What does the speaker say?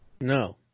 No